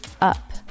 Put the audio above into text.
up